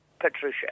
Patricia